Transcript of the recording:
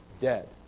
dead